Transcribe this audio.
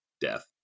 death